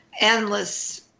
endless